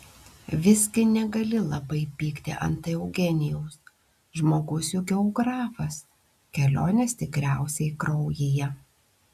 visgi negali labai pykti ant eugenijaus žmogus juk geografas kelionės tikriausiai kraujyje